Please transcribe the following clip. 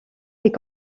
est